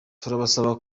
turabasaba